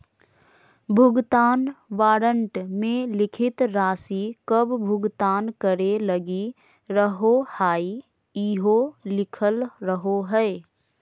भुगतान वारन्ट मे लिखल राशि कब भुगतान करे लगी रहोहाई इहो लिखल रहो हय